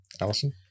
Allison